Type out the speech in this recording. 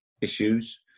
issues